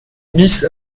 bis